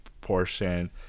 portion